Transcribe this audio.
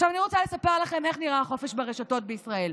עכשיו אני רוצה לספר לכם איך נראה החופש ברשתות בישראל,